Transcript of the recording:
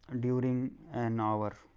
during an hour.